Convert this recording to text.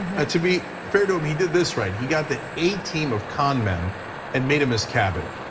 and to be fair to him, he did this right. he got the a team of con men and made him his cabinet.